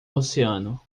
oceano